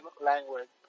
language